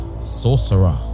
sorcerer